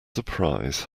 surprise